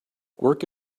work